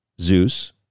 Zeus